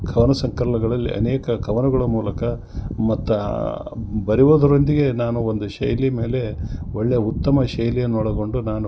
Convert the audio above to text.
ಕವನ ಸಂಕಲನಗಳಲ್ಲಿ ಅನೇಕ ಕವನಗಳ ಮೂಲಕ ಮತ್ತು ಬರೆಯೊದ್ರೊಂದಿಗೆ ನಾನು ಒಂದು ಶೈಲಿ ಮೇಲೆ ಒಳ್ಳೆ ಉತ್ತಮ ಶೈಲಿಯನ್ನು ಒಳಗೊಂಡು ನಾನು